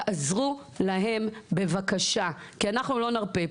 תעזרו להם בבקשה כי אנחנו לא נרפה.